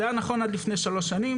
זה היה נכון עד לפני שלוש שנים.